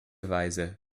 weise